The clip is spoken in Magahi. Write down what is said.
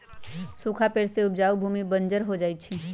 सूखा पड़े से उपजाऊ भूमि बंजर हो जा हई